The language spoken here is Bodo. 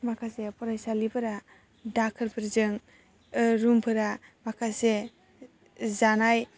माखासे फरायसालिफोरा दाखोरफोरजों रुमफोरा माखासे जानाय